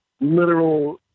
literal